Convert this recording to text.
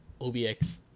obx